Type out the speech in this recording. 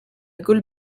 gaule